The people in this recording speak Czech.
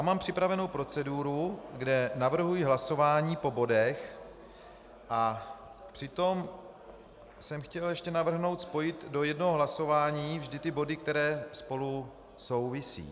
Mám připravenu proceduru, kde navrhuji hlasování po bodech, a přitom jsem chtěl ještě navrhnout spojit do jednoho hlasování vždy ty body, které spolu souvisí.